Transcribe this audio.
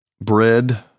bread